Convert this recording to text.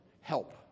help